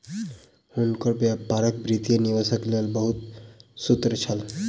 हुनकर व्यापारक वित्तीय निवेशक लेल बहुत सूत्र छल